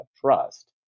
trust